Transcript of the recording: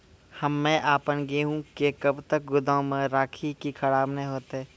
हम्मे आपन गेहूँ के कब तक गोदाम मे राखी कि खराब न हते?